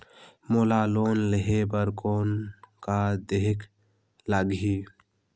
मोला लोन लेहे बर कौन का देहेक लगही?